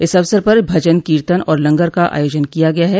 इस अवसर पर भजन कीर्तन और लंगर का आयोजन किया गया है